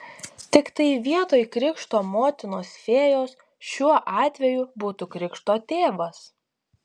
tiktai vietoj krikšto motinos fėjos šiuo atveju būtų krikšto tėvas